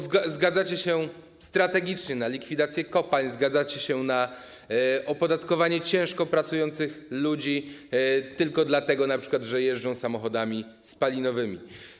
Zgadzacie się strategicznie na likwidację kopalni, zgadzacie się na opodatkowanie ciężko pracujących ludzi, tylko dlatego, że np. jeżdżą samochodami spalinowymi.